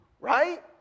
right